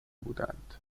بودند